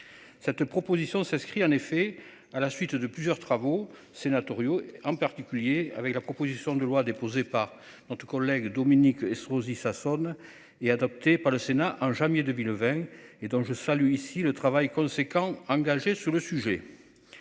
Cette proposition s'inscrit en effet à la suite de plusieurs travaux sénatoriaux en particulier avec la proposition de loi déposée par notre collègue Dominique Estrosi Sassone et adopté par le Sénat en janvier 2020 et dont je salue ici le travail conséquent engagé sur le sujet.